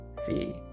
fee